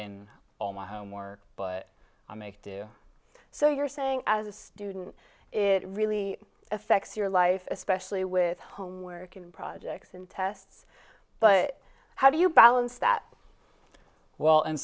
in all my homework but i make do so you're saying as a student it really affects your life especially with homework and projects and tests but how do you balance that while in